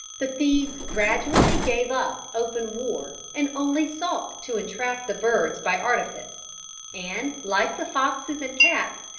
the thieves gradually gave up open war, and only sought to entrap the birds by artifice and, like the foxes and cats,